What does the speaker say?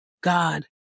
God